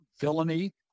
villainy